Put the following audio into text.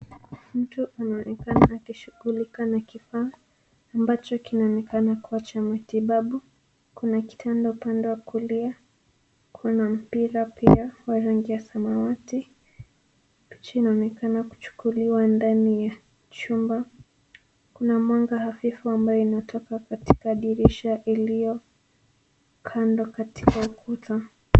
Mtu anaonekana akishughulikia na kifaa ambacho kinaonekana kuwa cha matibabu. Kuna kitanda upande wa kulia. Kuna mpira pia wa rangi ya samawati. Picha inaonekana kuchukuliwa ndani ya chumba. Kuna mwanga hafifu ambao unatoka katika dirisha iliyo kando katika ukuta.